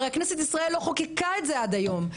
הרי כנסת ישראל לא חוקקה את זה עד היום,